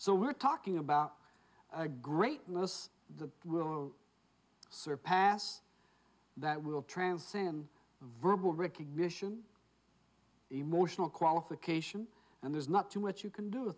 so we're talking about a great nurse the will surpass that will transcend verbal recognition emotional qualification and there's not too much you can do